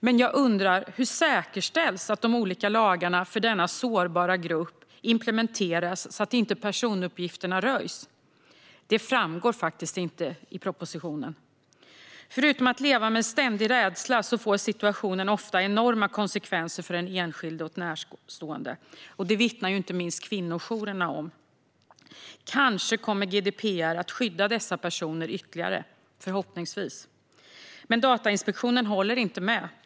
Men hur säkerställs att de olika lagarna för denna sårbara grupp implementeras så att inte personuppgifterna röjs? Det framgår inte i propositionen. Förutom att leva med ständig rädsla får situationen ofta enorma konsekvenser för den enskilde och närstående. Det vittnar inte minst kvinnojourerna om. Förhoppningsvis kommer kanske GDPR att skydda dessa personer ytterligare. Men Datainspektionen håller inte med.